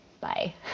bye